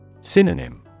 Synonym